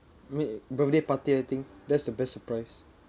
me~ birthday party I think that's the best surprise